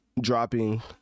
dropping